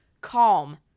Calm